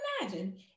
imagine